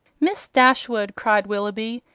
miss dashwood, cried willoughby,